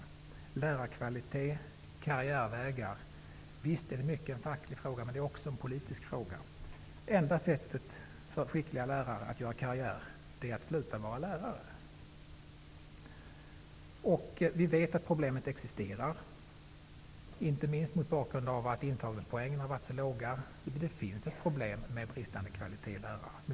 Visst är lärarkvalitet och karriärvägar i mycket en facklig fråga, men också en politisk fråga. Det enda sättet för skickliga lärare att göra karriär är att sluta vara lärare. Inte minst mot bakgrund av att intagningspoängen har varit så låga, vet vi att problemen existerar. Det finns ett problem med bristande kvalitet.